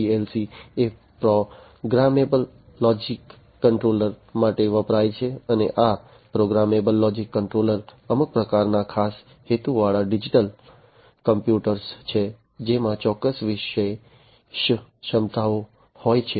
PLC એ programmable logic controller માટે વપરાય છે અને આ પ્રોગ્રામેબલ લોજિક કંટ્રોલર્સ અમુક પ્રકારના ખાસ હેતુવાળા ડિજિટલ કમ્પ્યુટર્સ છે જેમાં ચોક્કસ વિશેષ ક્ષમતાઓ હોય છે